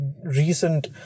recent